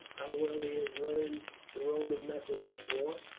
how well he has learned the roman methods of war.